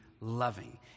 loving